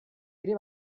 ere